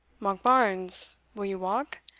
monkbarns, will you walk?